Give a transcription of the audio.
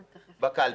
בקלפי.